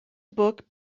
book